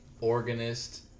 organist